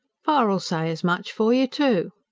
pa'll say as much for you, too.